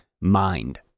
mind